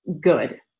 good